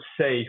safe